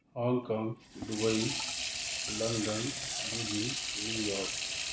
Hong Kong Dubai London Beijing New York